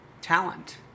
talent